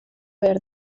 behar